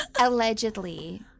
Allegedly